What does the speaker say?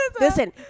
listen